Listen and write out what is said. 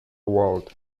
world